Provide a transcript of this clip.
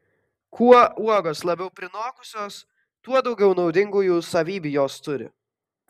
kuo uogos labiau prinokusios tuo daugiau naudingųjų savybių jos turi